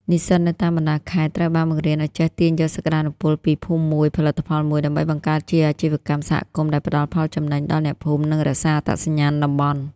និស្សិតនៅតាមបណ្ដាខេត្តត្រូវបានបង្រៀនឱ្យចេះទាញយកសក្ដានុពលពី "ភូមិមួយ ផលិតផលមួយ" ដើម្បីបង្កើតជាអាជីវកម្មសហគមន៍ដែលផ្ដល់ផលចំណេញដល់អ្នកភូមិ និងរក្សាអត្តសញ្ញាណតំបន់។